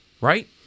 right